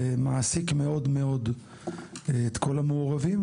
ומעסיק מאוד מאוד את כל המעורבים.